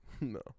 no